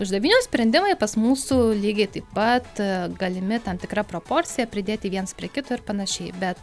uždavinių sprendimai pas mūsų lygiai taip pat galimi tam tikra proporcija pridėti viens prie kito ir panašiai bet